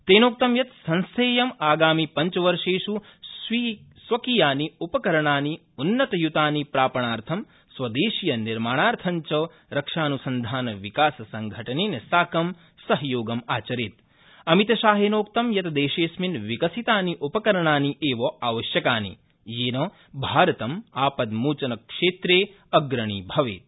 तेनोक्तं यत् संस्थेयं आगामिपञ्चवर्षेष् स्वकीयानि उपकरणाणि उन्नतयृतानि प्रापणार्थ स्वदेशी निर्माणार्थव्व रक्षान्संधानविकाससंघटनेन साकं सहयोगम आचरेता अमितशाहेनोक्तं यत् देशेऽस्मिन् विकसितानि उपकरणानि एव आवश्यकानि येन भारतम् आपद्योचनक्षेत्रे अग्रणी भवेत्